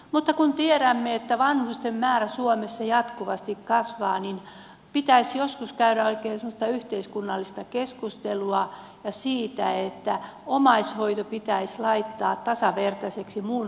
mutta kun tiedämme että vanhusten määrä suomessa jatkuvasti kasvaa niin pitäisi joskus käydä oikein semmoista yhteiskunnallista keskustelua siitä että omaishoito pitäisi laittaa tasavertaiseksi muun hoitotyön kanssa